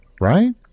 right